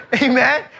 amen